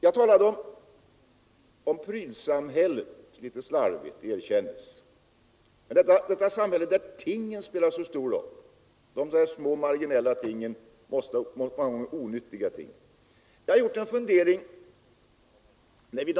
Jag talade om prylsamhället — uttrycket är litet slarvigt, det erkännes, men det är ett samhälle där tingen, många gånger små, marginella och onyttiga, spelar en så stor roll.